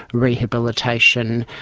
rehabilitation,